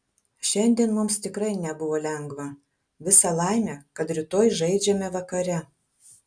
šiandien mums tikrai nebuvo lengva visa laimė kad rytoj žaidžiame vakare